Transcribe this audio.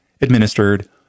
administered